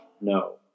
No